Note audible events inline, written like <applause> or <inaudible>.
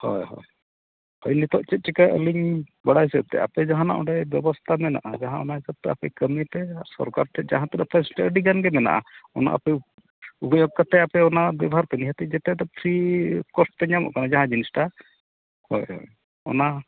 ᱦᱳᱭ ᱦᱳᱭ ᱱᱤᱛᱳᱜ ᱪᱮᱫ ᱪᱤᱠᱟᱹ ᱟᱹᱞᱤᱧ ᱵᱟᱲᱟᱭ ᱦᱤᱥᱟᱹᱵ ᱛᱮ ᱟᱯᱮ ᱡᱟᱦᱟᱱᱟᱜ ᱚᱸᱰᱮ ᱵᱮᱵᱚᱥᱛᱷᱟ ᱢᱮᱱᱟᱜᱼᱟ ᱡᱟᱦᱟᱸ ᱚᱱᱟ ᱦᱤᱥᱟᱹᱵ ᱛᱮ ᱟᱯᱮ ᱠᱟᱹᱢᱤ ᱯᱮ ᱥᱚᱨᱠᱟᱨ ᱴᱷᱮᱡ ᱡᱟᱦᱟᱸ ᱛᱤᱱᱟᱹᱜ ᱯᱮ <unintelligible> ᱟᱹᱰᱤᱜᱟᱱ ᱜᱮ ᱢᱮᱱᱟᱜᱼᱟ ᱩᱱᱟᱹᱜ ᱟᱯᱮ ᱩᱯᱚᱭᱳᱜᱽ ᱠᱟᱛᱮᱫ ᱟᱯᱮ ᱚᱱᱟ ᱵᱮᱵᱷᱟᱨ ᱯᱮ <unintelligible> ᱯᱷᱤᱨᱤ ᱠᱳᱨᱥ ᱛᱮ ᱧᱟᱢᱚᱜ ᱠᱟᱱᱟ ᱡᱟᱦᱟᱸ ᱡᱤᱱᱤᱥᱴᱟ ᱦᱳᱭ ᱦᱳᱭ ᱚᱱᱟ